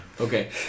okay